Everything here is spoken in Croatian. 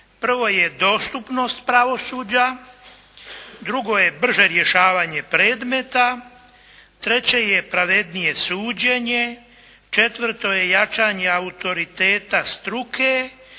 Prvo je dostupnost pravosuđa, drugo je brže rješavanje predmeta, treće je pravednije suđenje, četvrto je jačanje autoriteta struke